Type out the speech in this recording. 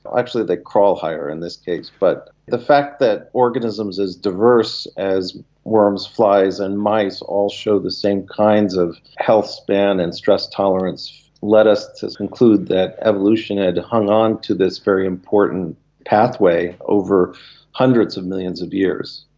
actually they crawl higher in this case. but the fact that organisms as diverse as worms, flies and mice all show the same kinds of health span and stress tolerance led us to conclude that evolution had hung on to this very important pathway over hundreds of millions of years.